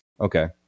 Okay